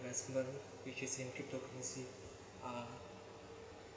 investment which is in cryptocurrency uh